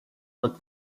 what